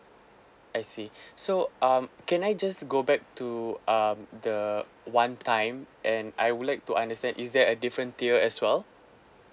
I see so um can I just go back to um the one time and I would like to understand is there a different tier as well